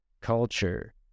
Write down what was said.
culture